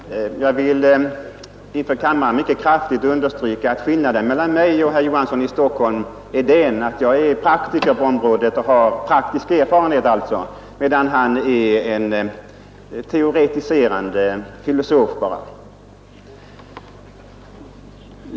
Fru talman! Jag vill inför kammaren mycket kraftigt understryka att skillnaden mellan mig och herr Olof Johansson i Stockholm är den att jag har praktisk erfarenhet på området, medan han är bara en teoretiserande filosof.